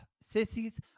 Sissies